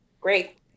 Great